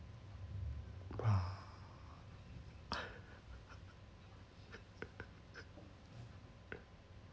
bah